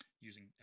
using